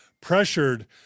pressured